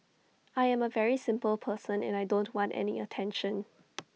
I am A very simple person and I don't want any attention